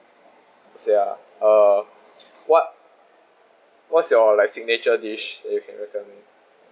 sia uh what what's your like signature dish if recommend